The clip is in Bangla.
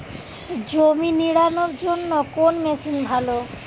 জমি নিড়ানোর জন্য কোন মেশিন ভালো?